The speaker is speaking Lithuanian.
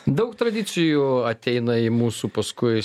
daug tradicijų ateina į mūsų paskui